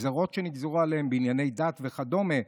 גזרות שנגזרו עליהם בענייני דת וכדומה,